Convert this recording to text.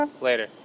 Later